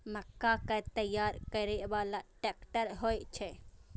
मक्का कै तैयार करै बाला ट्रेक्टर होय छै?